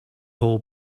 whole